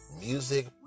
Music